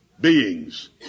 beings